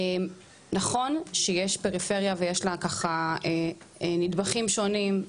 נכון שיש פריפריה ויש לה ככה נדבכים שונים,